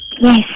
Yes